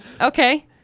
Okay